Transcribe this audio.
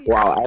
Wow